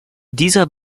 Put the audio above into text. dieser